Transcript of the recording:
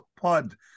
pod